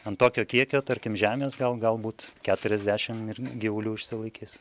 ant tokio kiekio tarkim žemės gal galbūt keturiasdešim ir gyvulių išsilaikys